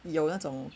有那种